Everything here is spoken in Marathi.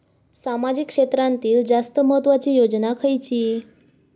सामाजिक क्षेत्रांतील जास्त महत्त्वाची योजना खयची?